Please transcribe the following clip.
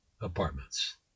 apartments